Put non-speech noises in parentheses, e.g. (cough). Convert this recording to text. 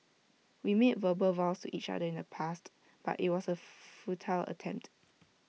we made verbal vows to each other in the past but IT was A (noise) futile attempt